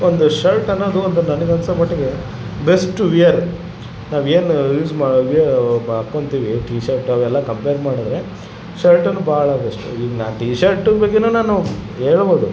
ಒಂದು ಶರ್ಟ್ ಅನ್ನೋದು ಒಂದು ನನ್ಗೆ ಅನ್ಸೋ ಮಟ್ಟಿಗೆ ಬೆಸ್ಟ್ ವಿಯರ್ ನಾವೇನು ಯೂಸ್ ಮಾ ವ್ಯಾ ಹಾಕೊಂತೀವಿ ಟಿ ಶರ್ಟ್ ಅವೆಲ್ಲ ಕಂಪೇರ್ ಮಾಡಿದ್ರೆ ಶರ್ಟನ್ನು ಭಾಳ ಬೆಸ್ಟು ಇನ್ನು ಟಿ ಶರ್ಟ್ ಬಗ್ಗೇನು ನಾನು ಹೇಳ್ಬೋದು